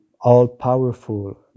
all-powerful